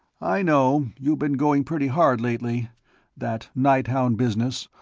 i know, you've been going pretty hard, lately that nighthound business,